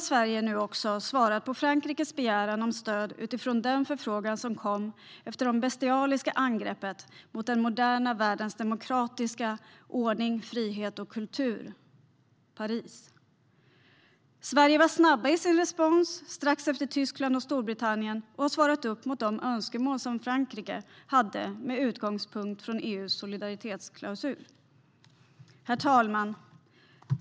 Sverige har svarat på Frankrikes begäran om stöd utifrån den förfrågan som kom efter det bestialiska angreppet i Paris mot den moderna världens demokratiska ordning, frihet och kultur. Sverige var snabbt i sin respons, strax efter Tyskland och Storbritannien, och har svarat upp mot de önskemål som Frankrike hade med utgångspunkt från EU:s solidaritetsklausul. Herr talman!